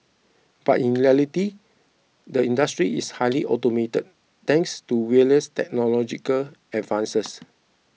but in reality the industry is highly automated thanks to various technological advances